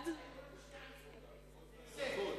דרך אגב, שתי מדינות לשני עמים זה הישג.